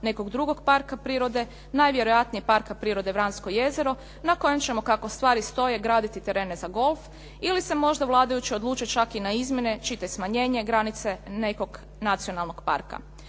nekog drugog parka prirode, najvjerojatnije Parka prirode "Vransko jezero", na kojem ćemo kako stvari stoje graditi terene za golf ili se možda vladajući odluče čak i na izmjene, čitaj: smanjenje granice, nekog nacionalnog parka.